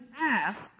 ask